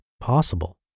possible